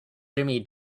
jimmy